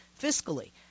fiscally